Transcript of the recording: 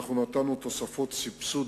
אנחנו נתנו תוספות סבסוד,